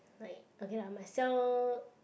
like okay lah my cell